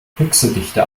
pixeldichte